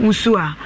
Usua